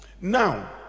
now